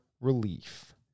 relief